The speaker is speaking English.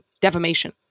defamation